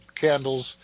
candles